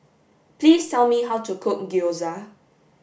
please tell me how to cook gyoza